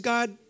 God